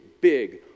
big